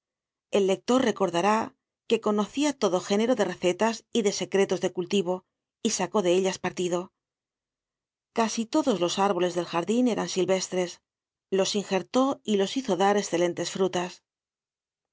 el lector recordará que conocia todo género de recetas y de secretos de cultivo y sacó de ellas partido casi todos los árboles del jardin eran silvestres los ingertó y los hizo dar escelentes frutas